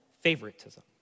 favoritism